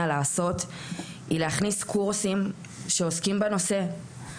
לעשות היא להכניס קורסים שעוסקים בנושא.